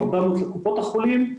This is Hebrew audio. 400 לקופות החולים,